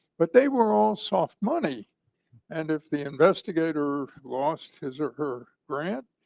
but they were all soft money and if the investigator lost his or her grant,